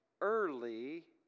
early